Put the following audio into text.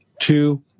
Two